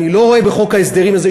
אני לא רואה בחוק ההסדרים הזה,